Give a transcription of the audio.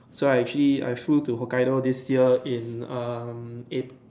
so I actually I flew to Hokkaido this year in um April